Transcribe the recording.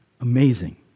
Amazing